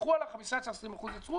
כשהלכו על ה-15%,20% עצרו